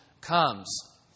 comes